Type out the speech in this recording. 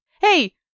hey